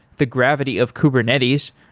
the gravity of kubernetes.